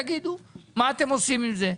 תגידו מה אתם עושים עם זה.